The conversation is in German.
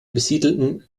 besiedelten